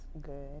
good